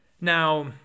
Now